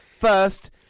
first